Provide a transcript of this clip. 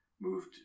moved